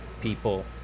people